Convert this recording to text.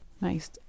Nice